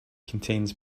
contains